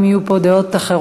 אם יהיו פה דעות אחרות,